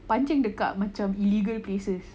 pancing dekat macam illegal places